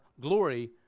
glory